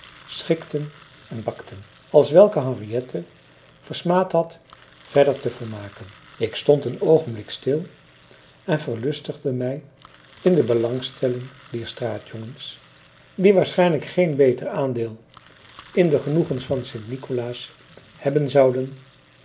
schikten en bakten als welke henriette versmaad had verder te volmaken ik stond een oogenblik stil en verlustigde mij in de belangstelling dier straatjongens die waarschijnlijk geen beter aandeel in de genoegens van sint nicolaas hebben zouden